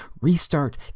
restart